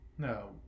No